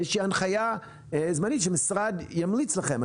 איזושהי הנחיה זמנית שהמשרד ימליץ לכם?